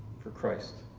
for christ.